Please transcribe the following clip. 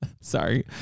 sorry